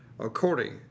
According